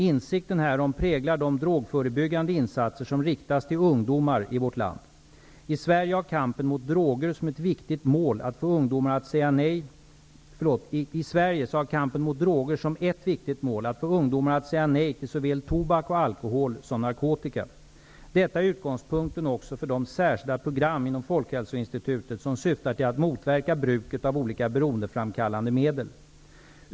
Insikten härom präglar de drogförebyggande insatser som riktas till ungdomar i vårt land. I Sverige har kampen mot droger som ett viktigt mål att få ungdomar att säga nej till såväl tobak och alkohol som narkotika. Detta är utgångspunkten också för de särskilda program inom Folkhälsoinstitutet som syftar till att motverka bruket av olika beroendeframkallande medel.